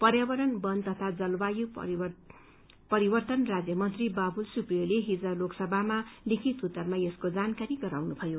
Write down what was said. पर्यावरण वन तथा जलवायु परिवर्तन राज्य मन्त्री बाबुल सुप्रियोले हिज लोकसभामा लिखित उत्तरमा यसको जानकारी गराउनुभयो